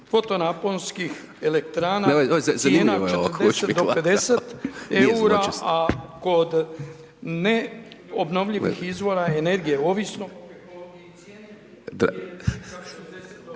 fotonaponskih elektrana …Govornik se ne razumije.… do 50 eura a kod neobnovljivih izvora energije ovisno